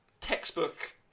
textbook